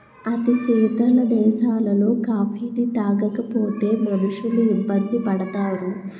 అతి శీతల దేశాలలో కాఫీని తాగకపోతే మనుషులు ఇబ్బంది పడతారు